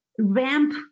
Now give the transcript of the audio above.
ramp